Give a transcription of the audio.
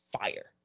fire